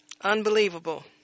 Unbelievable